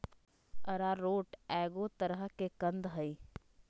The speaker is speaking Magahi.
अरारोट एगो तरह के कंद हइ